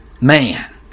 Man